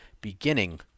beginning